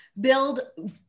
build